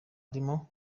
arimo